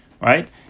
right